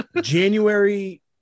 january